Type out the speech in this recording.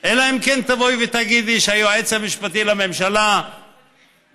אלא אם כן תבואי ותגידי: היועץ המשפטי לממשלה מבחינתי